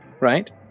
right